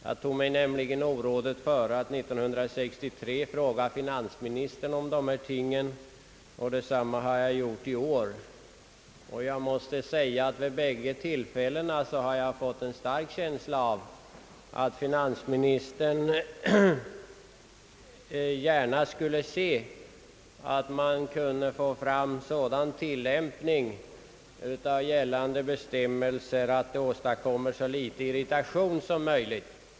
Jag tog mig nämligen orådet före att 1963 fråga finansministern om dessa ting, och detsamma har jag gjort i år. Jag måste säga att jag vid bägge tillfällena fått en stark känsla av att finansministern gärna skulle se att man kunde få fram en sådan tillämpning av gällande bestämmelser, att man åstadkommer så litet irritation som möjligt.